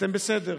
אתם בסדר.